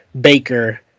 Baker